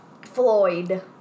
Floyd